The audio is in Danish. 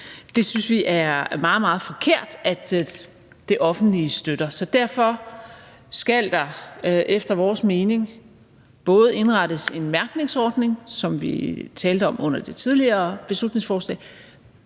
Det synes vi er meget, meget forkert at det offentlige støtter. Derfor skal der efter vores mening både indrettes en mærkningsordning, som vi talte om under det tidligere beslutningsforslag,